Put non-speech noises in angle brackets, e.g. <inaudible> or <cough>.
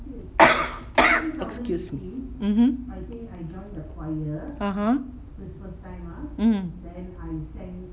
<noise> excuse me mmhmm (uh huh) mm